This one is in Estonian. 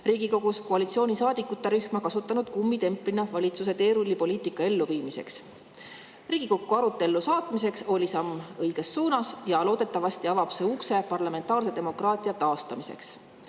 Riigikogus koalitsiooni saadikurühmi kummitemplina valitsuse teerullipoliitika elluviimiseks. [Eelnõu] Riigikokku arutellu saatmine oli samm õiges suunas ja loodetavasti avab see ukse parlamentaarse demokraatia taastamiseks.